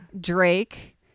drake